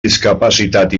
discapacitat